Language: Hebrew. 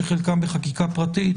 שחלקם בחקיקה פרטית,